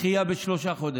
דחייה בשלושה חודשים.